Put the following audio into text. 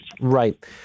Right